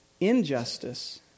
injustice